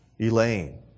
Elaine